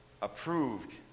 approved